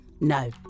No